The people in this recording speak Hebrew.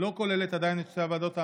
עדיין לא כוללת את שתי הוועדות האמורות.